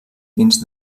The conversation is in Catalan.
dins